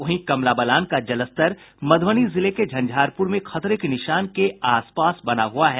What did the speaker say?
वहीं कमलाबलान का जलस्तर मध्यबनी जिले के झंझारपुर में खतरे के निशान के आसपास बना हुआ है